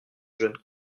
jeunes